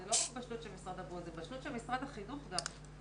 זאת לא רק בשלות של משרד הבריאות אלא זאת בשלות של משרד החינוך דווקא.